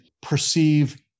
perceive